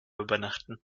übernachten